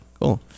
cool